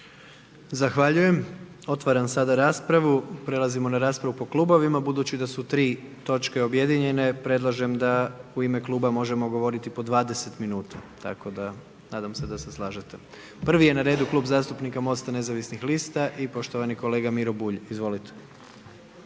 Zahvaljujem. Otvaram sada raspravu, prelazimo na raspravu po klubovima, budući da su 3 točke objedinjene, predlažem da u ime kluba možemo govoriti po 20 min, tako da, nadam se da se slažete. Prvi je na redu Klub zastupnika Mosta nezavisnih lista i poštovani kolega Miro Bulj. Izvolite.